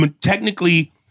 Technically